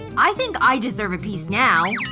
i think i deserve a piece now.